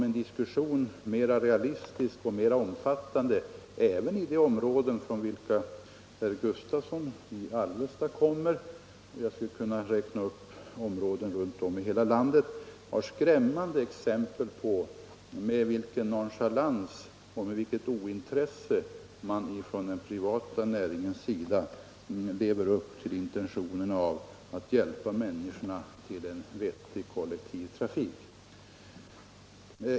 En mer realistisk och mer omfattande diskussion beträffande det område som herr Gustavsson kommer ifrån — och andra platser runt om i hela landet — skulle kunna visa skrämmande exempel på vilken nonchalans och vilket ointresse man från den privata näringens sida visar när det gäller att leva upp till intentionerna att hjälpa människorna till en vettig kollektiv trafik.